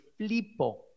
flipo